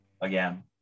again